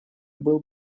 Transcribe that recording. был